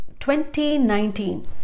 2019